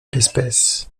l’espèce